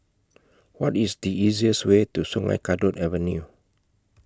What IS The easiest Way to Sungei Kadut Avenue